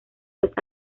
los